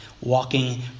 walking